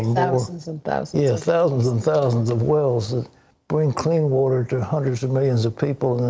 and thousands and thousands yeah thousands and thousands of wells that bring clean water to hundreds of millions of people.